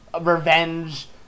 revenge